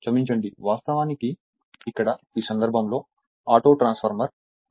క్షమించండి వాస్తవానికి ఇక్కడ ఈ సందర్భంలో auto transformer V1 I1 V2 I2